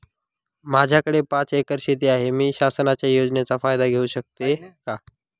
माझ्याकडे पाच एकर शेती आहे, मी शासनाच्या योजनेचा फायदा घेऊ शकते का?